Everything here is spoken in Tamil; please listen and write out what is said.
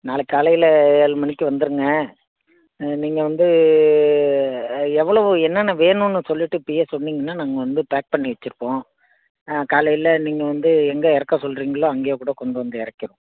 நாளைக்கு காலையில் ஏழு மணிக்கு வந்துருங்கள் நீங்கள் வந்து எவ்வளோவு என்னென்ன வேணும்னு சொல்லிட்டு இப்போயே சொன்னீங்கன்னால் நாங்கள் வந்து பேக் பண்ணி வெச்சுருப்போம் ஆ காலையில் நீங்கள் வந்து எங்கே இறக்க சொல்கிறீங்களோ அங்கேயே கூட கொண்டு வந்து இறக்கிருவோம்